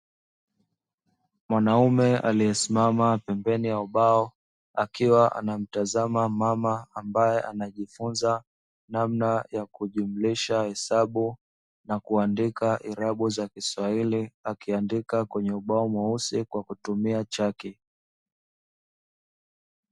Mwanaume aliyesimama pembeni ya ubao, akiwa anamtazama mmama ambaye anajifunza namna ya kujumlisha hesabu na kuandika irabu za kiswahili, akiandika kwenye ubao mweusi kwa kutumia chaki.